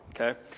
Okay